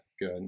good